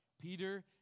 Peter